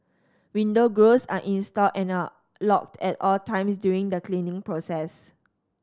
window grilles are installed and are locked at all times during the cleaning process